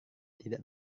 tidak